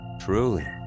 Truly